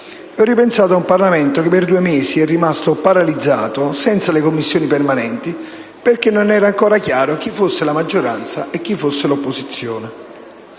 ho ripensato ad un Parlamento che per due mesi è rimasto paralizzato, senza le Commissioni permanenti, perché non era ancora chiaro chi fosse la maggioranza e chi fosse l'opposizione.